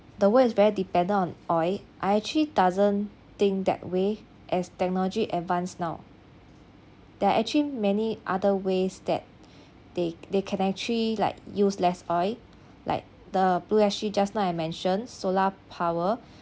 the world is very dependent on oil I actually doesn't think that way as technology advanced now there are actually many other ways that they they can actually like use less oil like the BlueSG just now I mentioned solar power